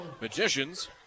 Magicians